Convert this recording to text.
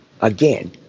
Again